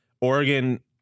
Oregon